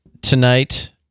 tonight